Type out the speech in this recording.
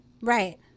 Right